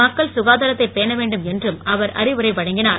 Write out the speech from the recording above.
மக்கள் சுகாதாரத்தை பேண வேண்டும் என்றும் அவர் அறிவுரை வழங்கினார்